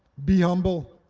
be humble.